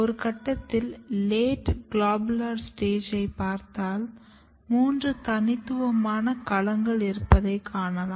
ஒரு கட்டத்தில் late globular ஸ்டேஜைப் பார்த்தால் மூன்று தனித்துவமான களங்கள் இருப்பதை காணலாம்